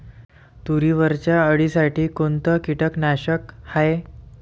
तुरीवरच्या अळीसाठी कोनतं कीटकनाशक हाये?